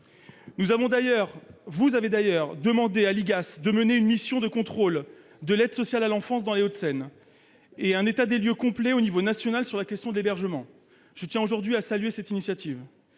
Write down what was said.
des affaires sociales (IGAS) de mener une mission de contrôle de l'aide sociale à l'enfance dans les Hauts-de-Seine et de dresser un état des lieux complet au niveau national sur la question de l'hébergement. Je tiens à saluer cette initiative.